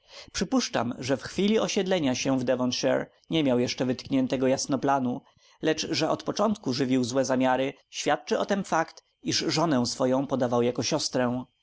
przypuszczam że w chwili osiedlania się w devonshire nie miał jeszcze wytkniętego jasno planu lecz że od początku żywił złe zamiary świadczy o tem fakt iż żonę swą podawał jako siostrę